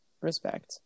respect